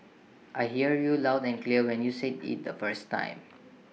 I hear you loud and clear when you said IT the first time